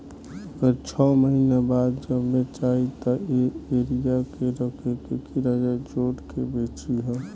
अगर छौ महीना बाद जब बेचायी त ए एरिया मे रखे के किराया जोड़ के बेची ह